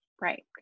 Right